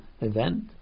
event